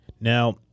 Now